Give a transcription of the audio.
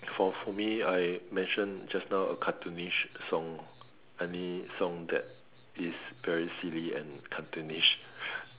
for for me I mention just now a cartoonish song any song that is very silly and cartoonish